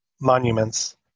monuments